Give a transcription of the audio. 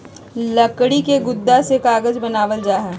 लकड़ी के गुदा से कागज बनावल जा हय